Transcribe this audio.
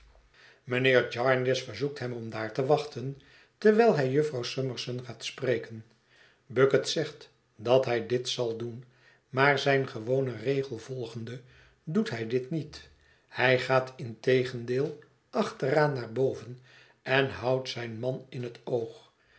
mijnheer jarndyce verzoekt hem om daar te wachten terwijl hij jufvrouw summerson gaat spreken bucket zegt dat hij dit zal doen maar zijn gewonen regel volgende doet hij dit niet hij gaat integendeel achteraan naar boven en houdt zijn man in het oog